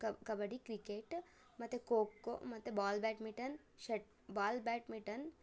ಕಬ್ ಕಬಡ್ಡಿ ಕ್ರಿಕೆಟ್ ಮತ್ತು ಖೋ ಖೋ ಮತ್ತು ball badminton shuttle ball badminton